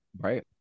Right